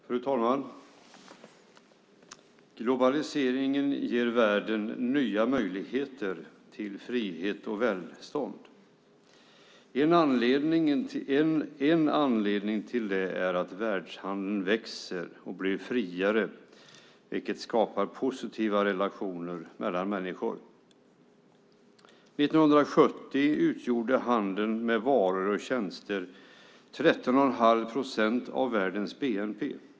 Fru talman! Globaliseringen ger världen nya möjligheter till frihet och välstånd. En anledning till det är att världshandeln växer och blir friare, vilket skapar positiva relationer mellan människor. År 1970 utgjorde handel med varor och tjänster 13 1⁄2 procent av världens bnp.